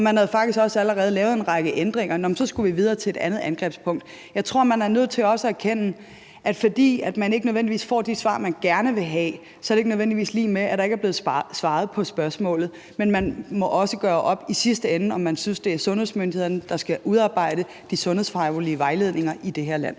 at man faktisk også allerede havde lavet en række ændringer, så skulle vi videre til et andet angrebspunkt. Jeg tror, at man er nødt til også at erkende, at fordi man nødvendigvis ikke får de svar, man gerne vil have, er det ikke nødvendigvis lig med, at der ikke er blevet svaret på spørgsmålet. Men man må også i sidste ende gøre op med sig selv, om man synes, det er sundhedsmyndighederne, der skal udarbejde de sundhedsfaglige vejledninger i det her land.